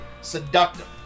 seductive